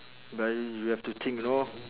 but you have to think you know